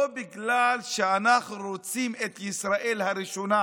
לא בגלל שאנחנו רוצים את ישראל הראשונה,